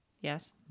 Yes